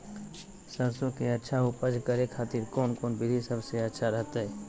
सरसों के अच्छा उपज करे खातिर कौन कौन विधि सबसे अच्छा रहतय?